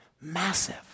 Massive